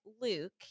Luke